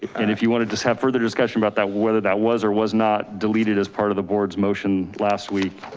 and if you want to just have further discussion about that, whether that was or was not deleted as part of the board's motion last week.